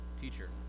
Teacher